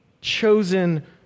chosen